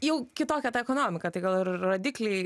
jau kitokia ta ekonomika tai gal ir rodikliai